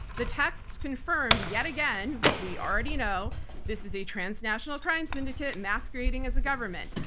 the texts confirmed yet again what we already know this is a transnational crime syndicate masquerading as a government.